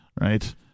right